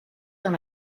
dans